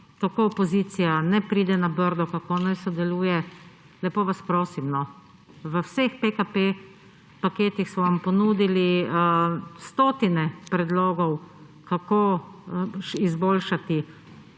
kako opozicija ne pride na Brdo, kako ne sodeluje. Lepo vas prosim, no. V vseh paketih PKP smo vam ponudili stotine predlogov, kako izboljšati